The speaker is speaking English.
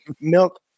milk